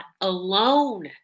alone